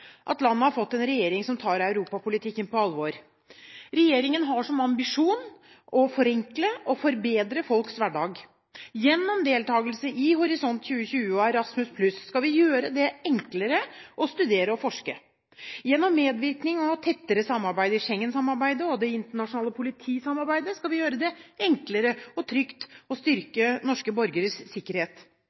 at landet har fått en regjering som tar europapolitikken på alvor. Regjeringen har som ambisjon å forenkle og forbedre folks hverdag. Gjennom deltakelse i Horisont 2020 og Erasmus+ skal vi gjøre det enklere å studere og forske. Gjennom medvirkning og tettere samarbeid i Schengen-samarbeidet og det internasjonale politisamarbeidet skal vi gjøre det enklere og trygt å styrke norske borgeres sikkerhet.